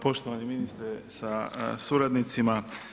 Poštovani ministre sa suradnicima.